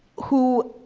who,